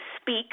speak